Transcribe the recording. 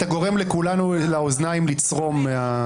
אתה גורם לאוזניים של כולנו לצרום מזה.